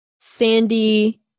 Sandy